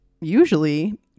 usually